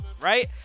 right